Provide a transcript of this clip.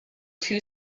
two